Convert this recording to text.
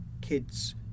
kids